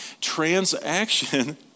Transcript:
Transaction